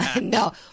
No